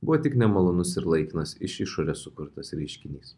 buvo tik nemalonus ir laikinas iš išorės sukurtas reiškinys